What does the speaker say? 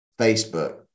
Facebook